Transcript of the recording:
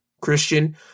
Christian